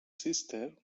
sister